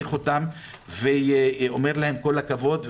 מעריך אותם ואומר להם כל הכבוד.